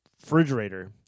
refrigerator